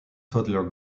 toddler